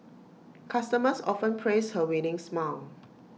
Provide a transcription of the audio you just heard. customers often praise her winning smile